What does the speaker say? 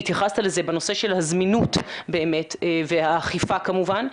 והתייחסת לזה בנושא של הזמינות באמת והאכיפה כמובן,